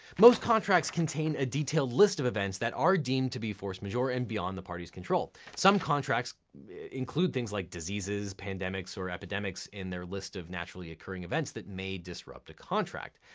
most contracts contain a detailed list of events that are deemed to be force majeure and beyond the parties control. some contracts include things like diseases, pandemics, or epidemics in their list of naturally occurring events that may disrupt the contract.